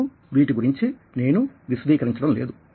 మీకు వీటి గురించి నేను విశదీకరించడం లేదు